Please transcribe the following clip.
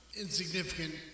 insignificant